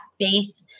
faith